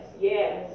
yes